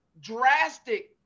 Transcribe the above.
drastic